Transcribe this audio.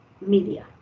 media